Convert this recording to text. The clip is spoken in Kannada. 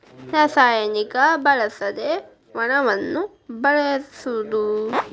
ರಸಾಯನಿಕ ಬಳಸದೆ ವನವನ್ನ ಬೆಳಸುದು